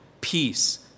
peace